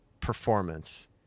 performance